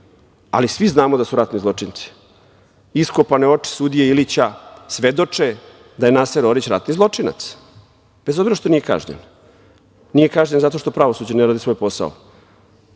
ali svi znamo da su ratni zločinci. Iskopane oči sudije Ilića svedoče da je Naser Orić ratni zločinac, bez obzira što nije kažnjen. Nije kažnjen zato što pravosuđe ne radi svoj posao.